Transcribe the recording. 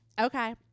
Okay